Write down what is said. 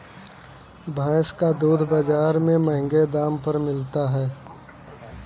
भैंस का दूध बाजार में महँगे दाम पर मिलता है